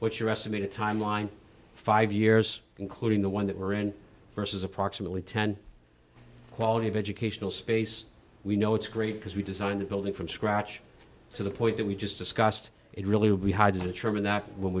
what's your estimate of timeline five years including the one that we're in versus approximately ten quality of educational space we know it's great because we designed a building from scratch to the point that we just discussed it really will be hard to determine that when